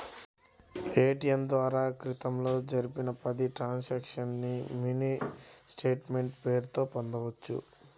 ATM ద్వారా క్రితంలో జరిపిన పది ట్రాన్సక్షన్స్ ని మినీ స్టేట్ మెంట్ పేరుతో పొందొచ్చు